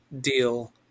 deal